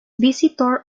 visitor